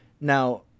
Now